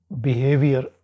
behavior